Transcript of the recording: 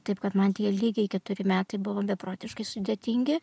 taip kad man tie lygiai keturi metai buvo beprotiškai sudėtingi